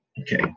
Okay